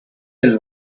till